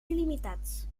il·limitats